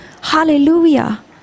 hallelujah